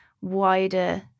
wider